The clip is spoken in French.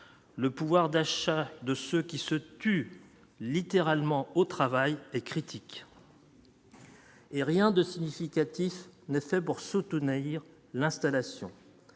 le pouvoir d'achat de ceux qui se tuent littéralement au travail et critique. Et rien de significatif n'est fait pour soutenir l'installation,